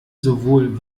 sowohl